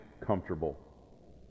comfortable